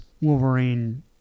Wolverine